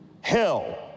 Hell